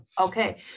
okay